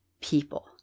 people